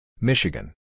Michigan